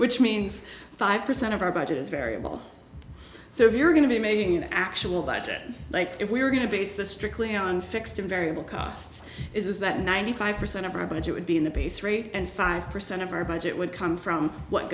which means five percent of our budget is variable so we're going to be making an actual budget like if we were going to base the strictly on fixed and variable costs is that ninety five percent of our budget would be in the piece rate and five percent of our budget would come from what